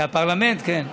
זה הפרלמנט, כן.